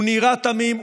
הוא נראה תמים,